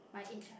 my age ah